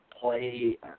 play